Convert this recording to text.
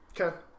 Okay